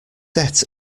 set